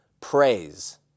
Praise